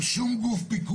כשיש לך רק גוף אחד,